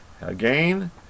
again